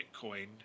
Bitcoin